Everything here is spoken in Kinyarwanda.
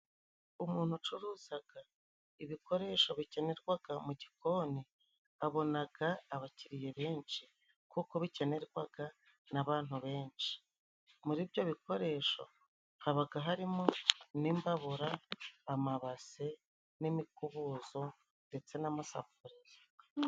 Umuntu ucuruzaga ibikoresho bikenerwaga mu gikoni abonaga abakiriya benshi, kuko bikenerwaga n'abantu benshi muri ibyo bikoresho habaga harimo:n'imbabura, amabase, n'imikubuzo ndetse n'amasafuriya.